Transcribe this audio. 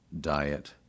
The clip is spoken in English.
diet